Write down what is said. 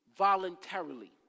voluntarily